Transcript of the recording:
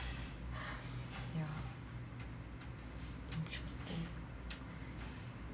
yeah interesting